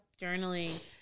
Journaling